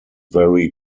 very